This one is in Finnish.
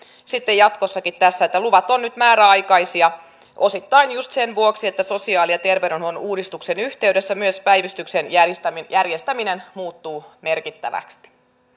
sitten jatkossakin tätä luvat ovat nyt määräaikaisia osittain just sen vuoksi että sosiaali ja terveydenhuollon uudistuksen yhteydessä myös päivystyksen järjestäminen järjestäminen muuttuu merkittävästi